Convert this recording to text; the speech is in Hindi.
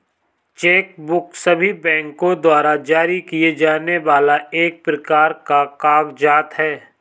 चेक बुक सभी बैंको द्वारा जारी किए जाने वाला एक प्रकार का कागज़ात है